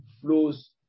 flows